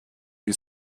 you